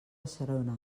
serona